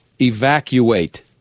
Evacuate